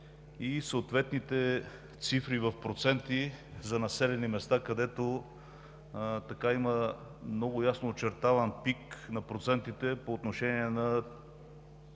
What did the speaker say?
и съответните цифри в проценти за населени места, където има много ясно очертаван пик на процентите по отношение на